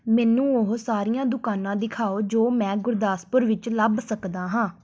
ਮੈਨੂੰ ਉਹ ਸਾਰੀਆਂ ਦੁਕਾਨਾਂ ਦਿਖਾਓ ਜੋ ਮੈਂ ਗੁਰਦਾਸਪੁਰ ਵਿੱਚ ਲੱਭ ਸਕਦਾ ਹਾਂ